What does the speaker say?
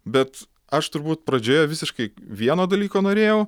bet aš turbūt pradžioje visiškai vieno dalyko norėjau